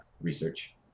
research